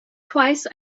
twice